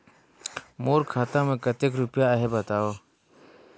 मोर खाता मे कतेक रुपिया आहे बताव?